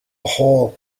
whole